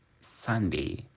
Sunday